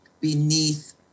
beneath